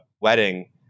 wedding